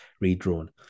redrawn